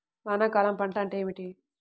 వానాకాలం పంట అంటే ఏమిటి?